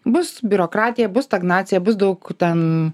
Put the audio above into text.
bus biurokratija bus stagnacija bus daug ten